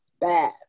Bad